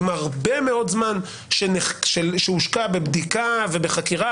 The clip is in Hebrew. עם הרבה מאוד זמן שהושקע בבדיקה ובחקירה,